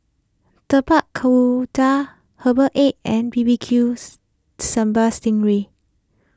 Tapak Kuda Herbal Egg and B B Q Sambal Sting Ray